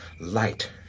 light